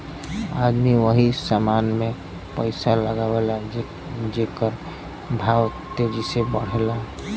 आदमी वही समान मे पइसा लगावला जेकर भाव तेजी से बढ़ला